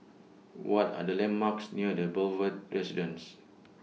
What Are The landmarks near The Boulevard Residence